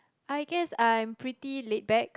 I guess I'm pretty laid back